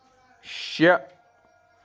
شےٚ